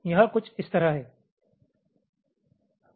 यहाँ कुछ इस तरह है